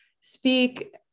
speak